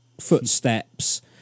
footsteps